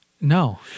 No